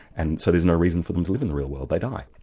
and so there's no reason for them to live in the real world. they die.